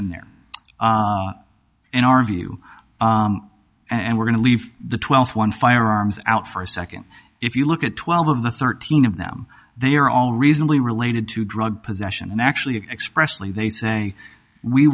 in there in our view and we're going to leave the twelfth one firearms out for a second if you look at twelve of the thirteen of them they are all reasonably related to drug possession and actually expressly they say we